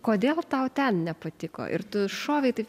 kodėl tau ten nepatiko ir tu šovei taip